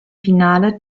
finale